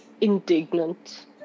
indignant